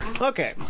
okay